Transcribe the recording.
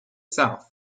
south